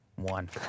One